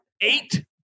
Eight